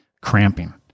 cramping